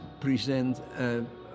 present